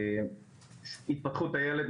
התפתחות הילד,